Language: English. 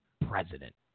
president